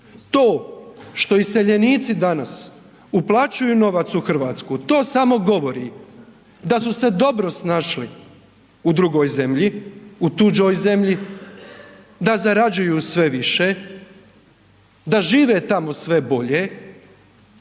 To što iseljenici danas uplaćuju novac u RH to samo govori da su se dobro snašli u drugoj zemlji, u tuđoj zemlji, da zarađuju sve više, da žive tamo sve bolje